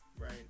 right